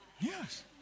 Yes